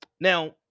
Now